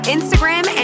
Instagram